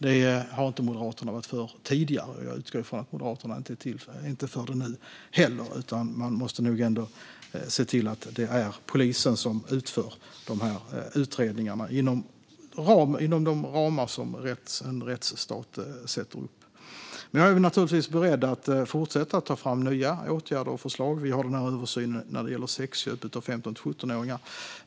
Det har Moderaterna inte varit för tidigare, och jag utgår från att Moderaterna inte är för det nu heller. Vi måste nog ändå se till att det är polisen som utför dessa utredningar inom de ramar som en rättsstat sätter upp. Jag är naturligtvis beredd att fortsätta att ta fram nya åtgärder och förslag. Vi har översynen när det gäller sexköp av 15-17-åringar.